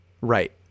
Right